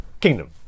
Kingdom